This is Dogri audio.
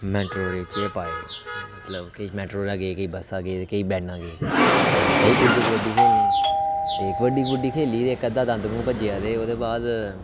मेटाडोरा च गै पाए मतलब किश मेटाडोर च गे ते किश बस्सा गै ते किश वैना च गे ते जाई पुज्जे कबड्डी खेढने ते कबड्डी बगैरा खेढी इक अद्धा दा दंद मूंह भज्जेआ ते ओह्दे बाद